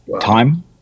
time